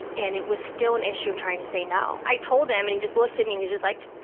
and it was still an issue of trying to say no. i told him and he just looked at me and he's just like,